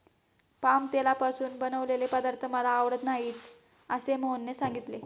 palm तेलापासून बनवलेले पदार्थ मला आवडत नाहीत असे मोहनने सांगितले